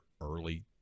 early